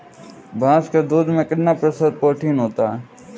भैंस के दूध में कितना प्रतिशत प्रोटीन होता है?